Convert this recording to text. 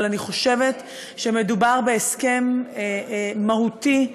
אבל אני חושבת שמדובר בהסכם מהותי,